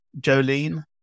jolene